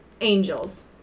angels